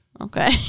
Okay